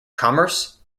commerce